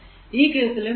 ഈ കേസിലും p 5 4 ആണ്